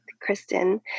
Kristen